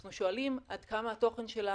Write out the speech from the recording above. אנחנו שואלים עד כמה התוכן שלה